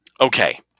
okay